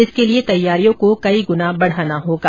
इसके लिए तैयारियों को कई गुना बढ़ाना होगा